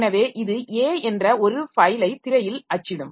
எனவே இது a என்ற ஒரு ஃபைலை திரையில் அச்சிடும்